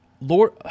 Lord